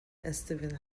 استیون